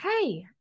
hey